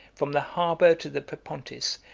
from the harbor to the propontis,